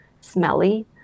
smelly